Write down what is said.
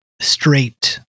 straight